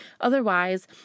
Otherwise